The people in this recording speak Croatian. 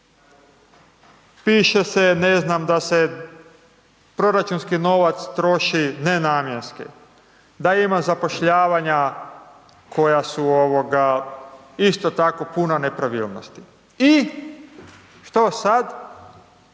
Piše se, ne znam, da se proračunski novac troši nenamjenski. Da ima zapošljavanja, koja su isto tako puna nepravilnosti. I što sad?